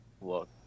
look